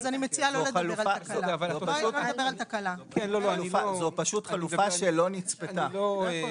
זו פשוט חלופה שלא נצפתה.